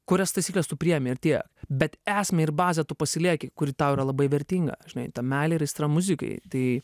kurias taisykles tu priėmi ir tiek bet esmę ir bazę tu pasilieki kuri tau yra labai vertinga žinai ta meilė ir aistra muzikai tai